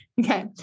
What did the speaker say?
Okay